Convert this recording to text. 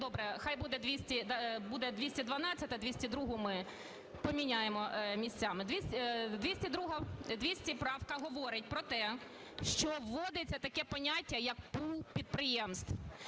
хай буде 212-а, 202-у ми поміняємо місцями. 202… правка говорить про те, що вводиться таке поняття, як пул підприємств.